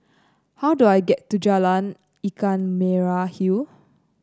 how do I get to Jalan Ikan Merah Hill